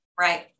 Right